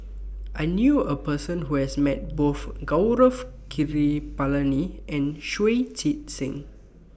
I knew A Person Who has Met Both Gaurav Kripalani and Shui Tit Sing